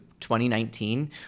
2019